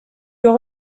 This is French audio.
doit